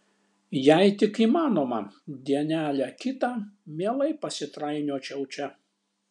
jei tik įmanoma dienelę kitą mielai pasitrainiočiau čia